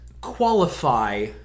qualify